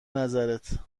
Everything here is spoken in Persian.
نظرت